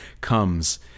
comes